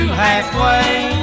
halfway